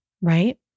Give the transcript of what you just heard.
right